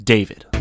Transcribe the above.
David